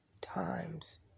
times